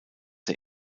der